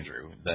Andrew